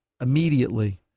immediately